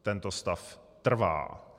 Tento stav trvá.